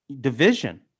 division